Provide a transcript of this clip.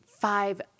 five